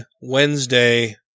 Wednesday